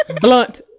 blunt